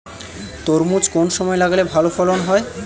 তরমুজ কোন সময় লাগালে ভালো ফলন হয়?